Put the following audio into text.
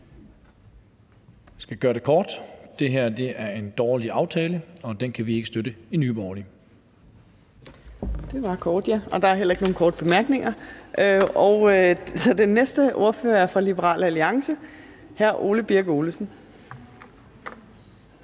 Jeg skal gøre det kort. Det her er en dårlig aftale, og den kan vi ikke støtte i Nye Borgerlige. Kl. 16:28 Fjerde næstformand (Trine Torp): Ja, det var kort. Der er heller ikke nogen korte bemærkninger, så den næste ordfører er fra Liberal Alliance. Hr. Ole Birk Olesen.